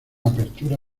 apertura